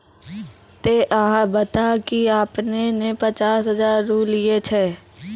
ते अहाँ बता की आपने ने पचास हजार रु लिए छिए?